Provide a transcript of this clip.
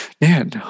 Man